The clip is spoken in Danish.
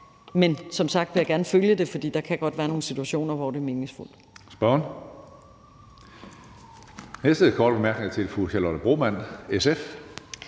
men som sagt vil jeg gerne følge det, for der kan godt være nogle situationer, hvor det er meningsfuldt.